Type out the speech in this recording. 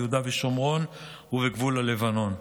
ביהודה ושומרון ובגבול לבנון.